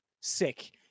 Sick